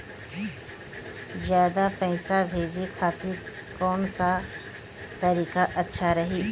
ज्यादा पईसा भेजे खातिर कौन सा तरीका अच्छा रही?